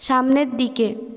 সামনের দিকে